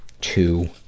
two